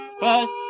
first